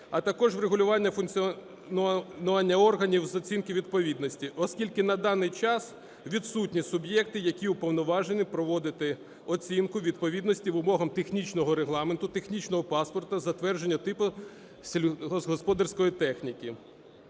а також врегулювання функціонування органів з оцінки відповідності, оскільки на даний час відсутні суб'єкти, які уповноважені проводити оцінку відповідності вимогам технічного регламенту, технічного паспорту, затвердження типу сільськогосподарської техніки.